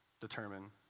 determine